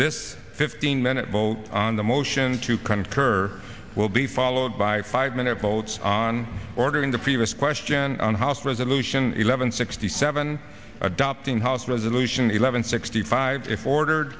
this fifteen minute vote on the motion to concur will be followed by five minute votes on ordering the previous question on house resolution eleven sixty seven adopting house resolution eleven sixty five if ordered